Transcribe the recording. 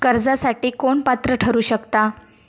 कर्जासाठी कोण पात्र ठरु शकता?